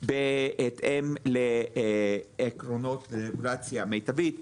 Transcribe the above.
בהתאם לעקרונות הרגולציה המיטבית.